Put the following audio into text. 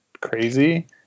crazy